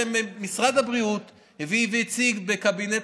זה משרד הבריאות הביא והציג בקבינט